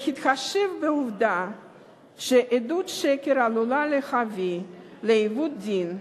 בהתחשב בעובדה שעדות שקר עלולה להביא לעיוות דין.